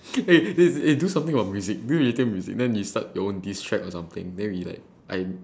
eh eh do something about music do related to music then you start your own diss track or something then we like I